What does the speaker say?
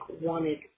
wanted